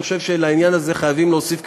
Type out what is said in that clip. אני חושב שלעניין הזה חייבים להוסיף קריטריונים.